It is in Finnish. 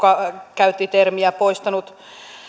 käytti termiä poistanut